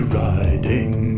riding